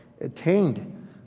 attained